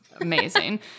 amazing